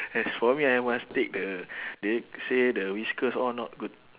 as for me I must take the they say the whiskas all not good